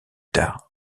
tard